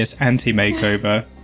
anti-makeover